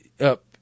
up